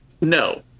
No